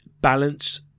balance